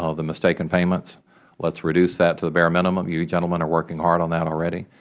ah the mistake in payments let's reduce that to the bare minimum. you gentlemen are working hard on that already.